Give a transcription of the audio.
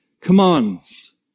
commands